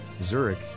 zurich